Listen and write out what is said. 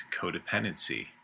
codependency